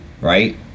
right